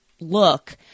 look